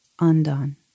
undone